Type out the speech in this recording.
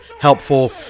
helpful